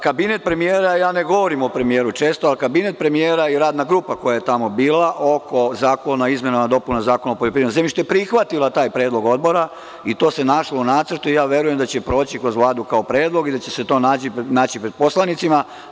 Kabinet premijera, ne govorim o premijeru često, ali kabinet premijera i radna grupa koja je tamo bila oko izmena i dopuna Zakona o poljoprivrednom zemljištu je prihvatila taj predlog Odbora i to se našlo u nacrtu i verujem da će proći kroz Vladu kao predlog i da će se to naći pred poslanicima.